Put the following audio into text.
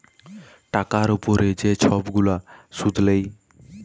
টাকার উপরে যে ছব গুলা সুদ লেয়